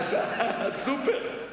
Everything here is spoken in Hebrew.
אתה סופר.